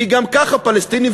כי גם ככה פלסטינים,